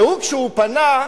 והוא, כשהוא פנה,